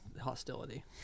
hostility